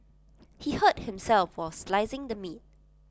he hurt himself while slicing the meat